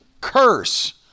curse